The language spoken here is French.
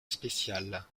spéciale